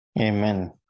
Amen